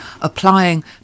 applying